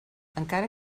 encara